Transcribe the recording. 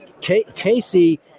Casey